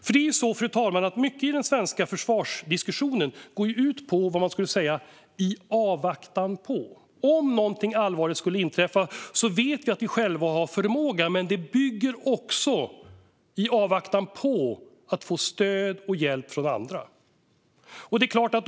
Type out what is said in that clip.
Det är nämligen så, fru talman, att mycket i den svenska försvarsdiskussionen går ut på vad man kan kalla "i avvaktan på". Om någonting allvarligt skulle inträffa vet vi att vi själva har förmåga, men den bygger på att vi får stöd och hjälp från andra - det vill säga i avvaktan på.